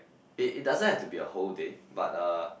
it it doesn't to be a whole day but uh